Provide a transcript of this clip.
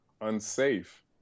unsafe